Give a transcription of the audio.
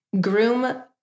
groom